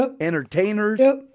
entertainers